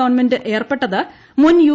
ഗ്ല്യൺമെന്റ് ഏർപ്പെട്ടത് മുൻ യു